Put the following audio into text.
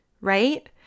right